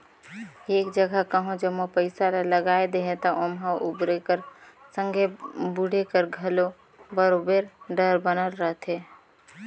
एक जगहा कहों जम्मो पइसा ल लगाए देहे ता ओम्हां उबरे कर संघे बुड़े कर घलो बरोबेर डर बनल रहथे